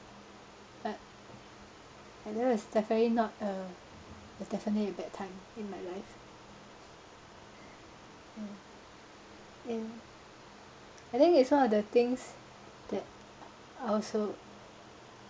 but but that was definitely not a definitely a bad time in my life mm and I think it's one of the things that I was so